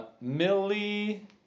Millie